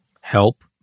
help